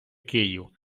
київ